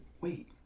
wait